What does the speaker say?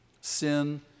Sin